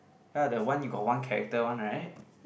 ya the one you got one character one right